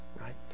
right